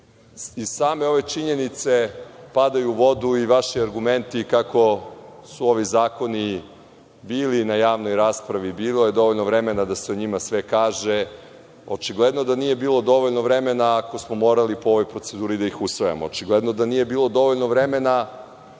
same ove činjenice padaju u vodu i vaši argumenti kako su ovi zakoni bili na javnoj raspravi. Bilo je dovoljno vremena da se o njima sve kaže, a očigledno da nije bilo dovoljno vremena ako smo morali po ovoj proceduri da ih usvajamo. Očigledno da nije bilo dovoljno vremena